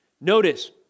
Notice